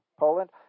Poland